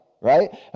Right